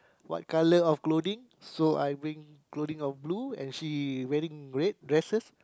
what color of clothing so I wearing clothing of blue and she wearing red dresses